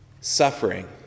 suffering